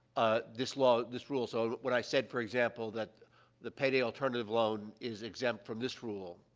ah, this law this rule so, when i said, for example, that the payday alternative loan is exempt from this rule,